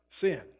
sin